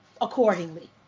accordingly